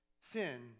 sin